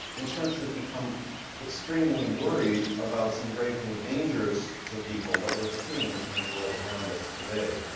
insurance has become extremely worried about some grave new dangers to people that we're seeing in the world around us today.